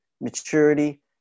maturity